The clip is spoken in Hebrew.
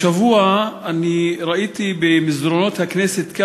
השבוע ראיתי במסדרונות הכנסת,